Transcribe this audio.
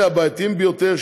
אלה הבעייתיים ביותר,